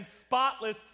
spotless